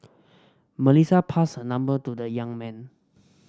Melissa passed her number to the young man